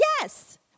Yes